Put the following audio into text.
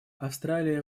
австралия